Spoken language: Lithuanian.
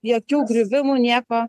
jokių griuvimų nieko